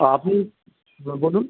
আপনি বলুন